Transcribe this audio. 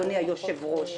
אדוני היושב-ראש.